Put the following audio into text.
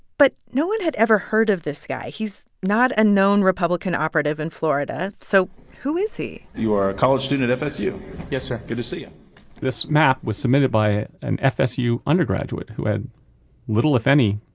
but no one had ever heard of this guy. he's not a known republican operative in florida. so who is he? you are a college student at fsu yes, sir good to see you this map was submitted by an fsu undergraduate who had little, if any,